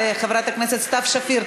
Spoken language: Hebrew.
חברת הכנסת סתיו שפיר,